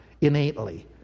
innately